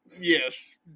Yes